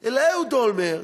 אלא אהוד אולמרט,